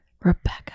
Rebecca